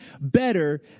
better